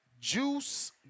Juice